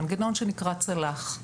מנגנון שנקרא צל"ח,